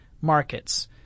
markets